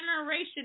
generation